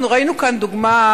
אנחנו ראינו כאן דוגמה.